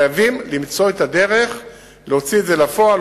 חייבים למצוא את הדרך להוציא את זה לפועל.